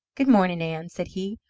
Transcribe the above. good-morning, ann, said he.